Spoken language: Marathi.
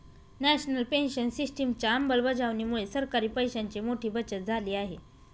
नॅशनल पेन्शन सिस्टिमच्या अंमलबजावणीमुळे सरकारी पैशांची मोठी बचत झाली आहे